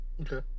Okay